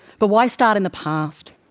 but why start in the past?